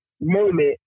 moment